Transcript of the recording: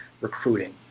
recruiting